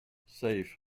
safe